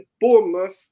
Bournemouth